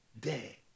day